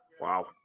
Wow